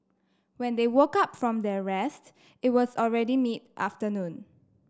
when they woke up from their rest it was already mid afternoon